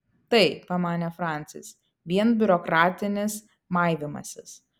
tai pamanė francis vien biurokratinis maivymasis